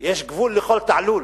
יש גבול לכל תעלול.